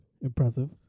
impressive